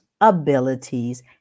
abilities